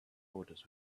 orders